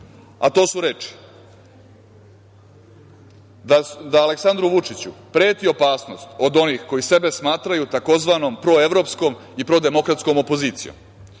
a to su reči: "Da Aleksandru Vučiću preti opasnost od onih koji sebe smatraju tzv. proevropskom i prodemokratskom opozicijom.